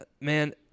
Man